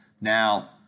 Now